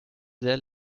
sehr